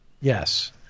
Yes